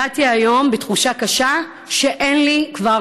הגעתי היום בתחושה קשה שאין לי כבר